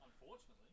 Unfortunately